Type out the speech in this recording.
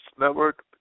network